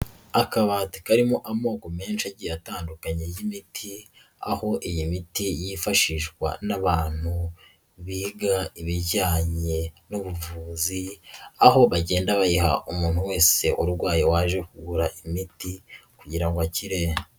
Akabati karimo amoko menshi agiye atandukanye y'imiti, aho iyi miti yifashishwa n'abantu biga ibijyanye n'ubuvuzi, aho bagenda bayiha umuntu wese urwaye waje kugura imiti kugira ngo akire.